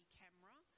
camera